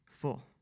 full